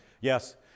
Yes